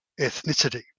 ethnicity